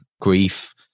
grief